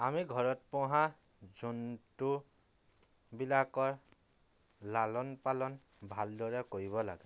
আমি ঘৰত পোহা জন্তুবিলাকৰ লালন পালন ভালদৰে কৰিব লাগে